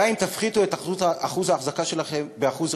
די אם תפחיתו את אחוז האחזקה שלכם ב-1%.